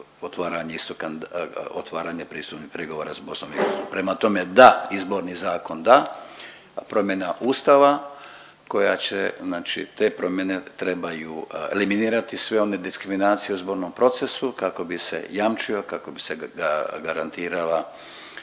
otvaranje pristupnih pregovora s BiH. Prema tome, da, Izborni zakon da, promjena ustava koja će, znači te promjene trebaju eliminirati sve one diskriminacije u izbornom procesu kako bi se jamčio, kako bi se garantirala,